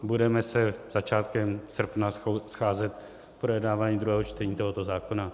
Budeme se začátkem srpne scházet k projednávání druhého čtení tohoto zákona.